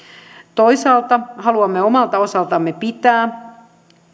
toisaalta haluamme omalta osaltamme pitää kiinni